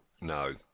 no